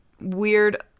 weird